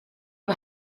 heb